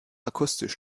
akustisch